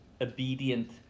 obedient